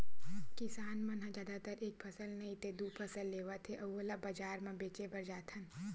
किसान मन ह जादातर एक फसल नइ ते दू फसल लेवत हे अउ ओला बजार म बेचे बर जाथन